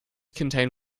contain